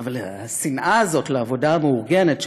אבל השנאה הזאת לעבודה המאורגנת,